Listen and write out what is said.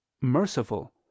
merciful